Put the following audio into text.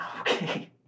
Okay